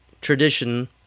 tradition